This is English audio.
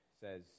says